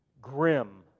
grim